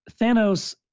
Thanos